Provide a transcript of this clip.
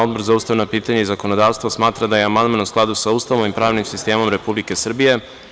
Odbor za ustavna pitanja i zakonodavstvo smatra da je amandman u skladu sa Ustavom i pravnim sistemom Republike Srbije.